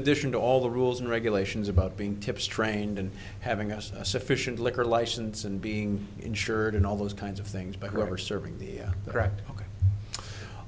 addition to all the rules and regulations about being tips trained and having us a sufficient liquor license and being insured and all those kinds of things but who are serving the correct ok